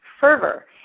fervor